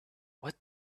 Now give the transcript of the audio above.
what